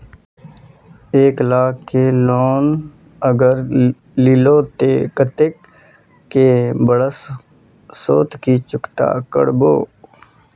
एक लाख केर लोन अगर लिलो ते कतेक कै बरश सोत ती चुकता करबो?